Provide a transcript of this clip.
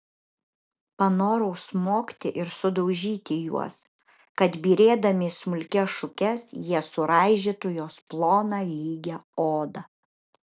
panorau smogti ir sudaužyti juos kad byrėdami į smulkias šukes jie suraižytų jos ploną lygią odą